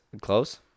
close